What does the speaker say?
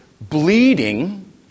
bleeding